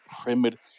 primitive